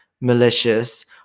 malicious